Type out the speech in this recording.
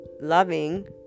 loving